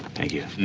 thank you.